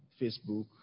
Facebook